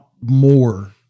more